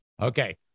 okay